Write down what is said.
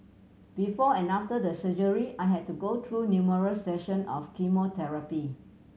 before and after the surgery I had to go through numerous session of chemotherapy